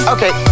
Okay